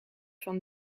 van